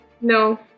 No